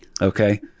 Okay